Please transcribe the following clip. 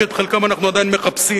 שאת חלקם אנחנו עדיין מחפשים.